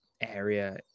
area